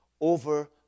over